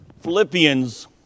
Philippians